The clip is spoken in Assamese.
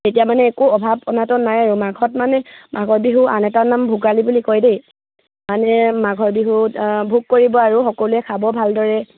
তেতিয়া মানে একো অভাৱ অনাটন নাই আৰু মাঘত মানে মাঘৰ বিহুৰ আন এটা নাম ভোগালী বুলি কয় দেই মানে মাঘৰ বিহুত ভোগ কৰিব আৰু সকলোৱে খাব ভালদৰে